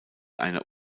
einer